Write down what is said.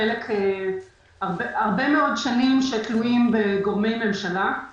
כיוון שבמקור החוק לא אפשר לחברת נמלי ישראל לעשות את זה,